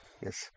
yes